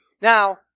Now